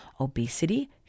obesity